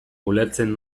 ulertzen